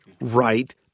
right